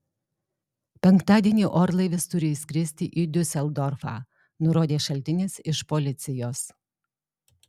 penktadienį orlaivis turi išskristi į diuseldorfą nurodė šaltinis iš policijos